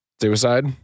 suicide